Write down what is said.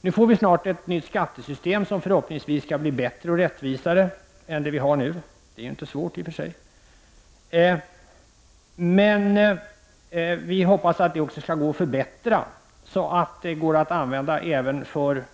Nu får vi snart ett nytt skattesystem som förhoppningsvis skall bli bättre och rättvisare än det vi har nu, vilket inte är så svårt i och för sig. Men vi hoppas att det också skall gå att förbättra så att det går att använda även för att främja